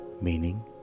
Meaning